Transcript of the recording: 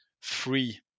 free